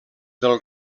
del